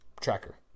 tracker